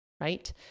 right